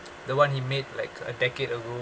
the one he made like a decade ago